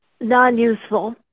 non-useful